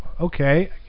okay